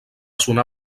sonar